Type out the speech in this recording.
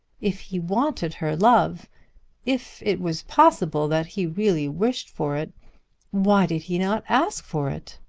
if he wanted her love if it was possible that he really wished for it why did he not ask for it?